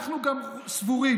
אנחנו גם סבורים